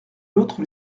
l’autre